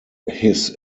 his